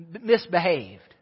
misbehaved